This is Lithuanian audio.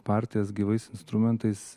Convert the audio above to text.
partijas gyvais instrumentais